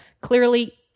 clearly